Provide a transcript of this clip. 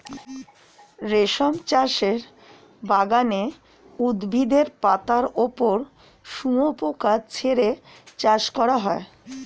রেশম চাষের বাগানে উদ্ভিদের পাতার ওপর শুয়োপোকা ছেড়ে চাষ করা হয়